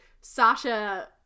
sasha